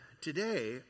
today